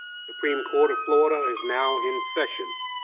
the supreme court of florida is now in session.